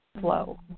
flow